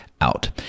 out